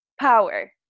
Power